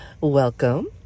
Welcome